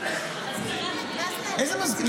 מזכירה.